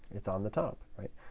it's on the top, right?